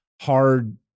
hard